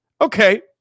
okay